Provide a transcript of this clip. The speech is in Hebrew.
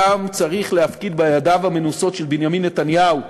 אותם צריך להפקיד בידיו המנוסות של בנימין נתניהו,